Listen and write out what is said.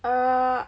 err